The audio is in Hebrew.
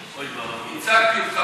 בבקשה.